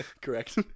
correct